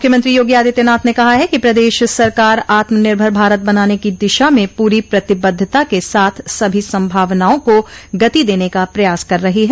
मुख्यमंत्री योगी आदित्यनाथ ने कहा है कि प्रदेश सरकार आत्मनिर्भर भारत बनाने की दिशा में पूरी प्रतिबद्धता के साथ सभी संभावनाओं को गति देने का प्रयास कर रही है